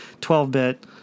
12-bit